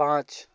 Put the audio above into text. पाँच